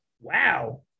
wow